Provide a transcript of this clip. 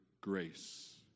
grace